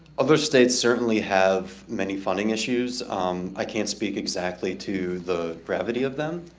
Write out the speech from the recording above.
other states certainly have many funding issues i can't speak exactly to the gravity of them